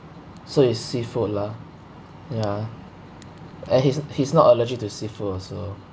so it's seafood lah ya uh he's he's not allergic to seafood also